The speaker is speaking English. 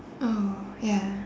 oh ya